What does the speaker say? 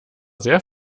sehr